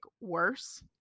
worse